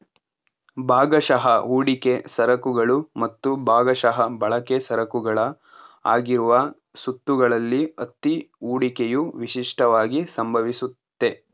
ಭಾಗಶಃ ಹೂಡಿಕೆ ಸರಕುಗಳು ಮತ್ತು ಭಾಗಶಃ ಬಳಕೆ ಸರಕುಗಳ ಆಗಿರುವ ಸುತ್ತುಗಳಲ್ಲಿ ಅತ್ತಿ ಹೂಡಿಕೆಯು ವಿಶಿಷ್ಟವಾಗಿ ಸಂಭವಿಸುತ್ತೆ